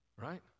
right